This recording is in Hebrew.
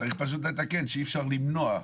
צריך פשוט לתקן שאי אפשר למנוע.